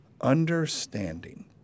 understanding